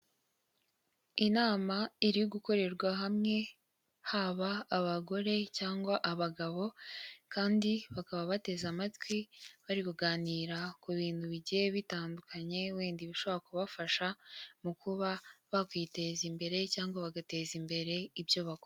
Inama iri gukorerwa hamwe haba abagore cyangwa abagabo kandi bakaba bateze amatwi, bari kuganira ku bintu bigiye bitandukanye wenda ibishobora kubafasha, mu kuba bakwiteza imbere cyangwa bagateza imbere ibyo bakora.